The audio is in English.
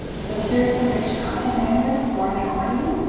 so here's the rich content editor for an accordion